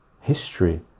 history